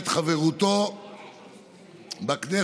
ירש אותו מישהו אחר, גם כן בעל ניסיון מצוין,